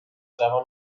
جوان